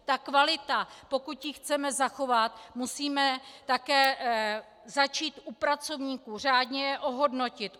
Ta kvalita, pokud ji chceme zachovat, musíme také začít u pracovníků, řádně je ohodnotit.